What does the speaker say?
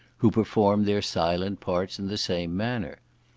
who performed their silent parts in the same manner.